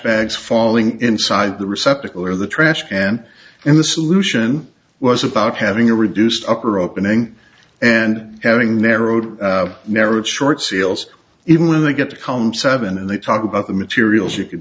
bags falling inside the receptacle or the trash and in the solution was about having a reduced upper opening and having narrowed marriage short sales even when they get to come seven and they talk about the materials you could